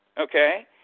Okay